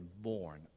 born